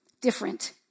different